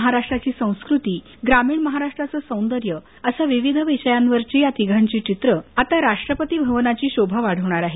महाराष्ट्राची संस्कृती ग्रामीण महाराष्ट्राचं सौंदर्य अशा विविध विषयांवरची या तिघांची चित्र आता राष्ट्रपती भवनाची शोभा वाढवणार आहेत